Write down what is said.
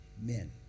men